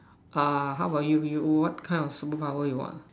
uh how about you you you what kind of superpower you want